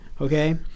okay